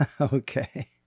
Okay